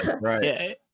right